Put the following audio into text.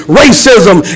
racism